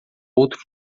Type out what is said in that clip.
outro